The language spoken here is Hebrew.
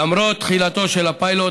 למרות תחילתו של הפיילוט,